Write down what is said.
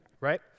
Right